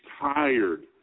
tired